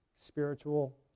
spiritual